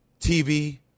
TV